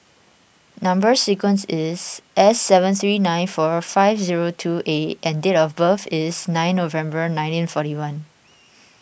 Number Sequence is S seven three nine four five zero two A and date of birth is nine November nineteen forty one